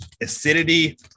acidity